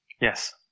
yes